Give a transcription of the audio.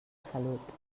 salut